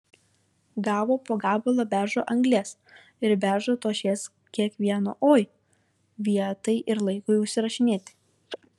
gavo po gabalą beržo anglies ir beržo tošies kiekvieno oi vietai ir laikui užsirašinėti